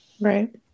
Right